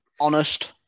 honest